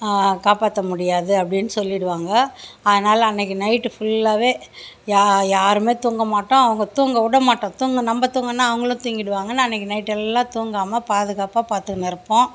காப்பாற்ற முடியாது அப்படினு சொல்லிவிடுவாங்க அதனால் நைட்டு ஃபுல்லாகவே யா யாருமே தூங்க மாட்டோம் தூங்க அவங்க விடமாட்டோம் தூங் நம்ம தூங்கினா அவங்களும் தூங்கிவிடுவாங்கனு அன்னிக்கி நைட்டெல்லாம் தூங்காமல் பாதுகாப்பாக பார்த்துகுனு இருப்போம்